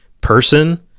person